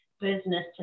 business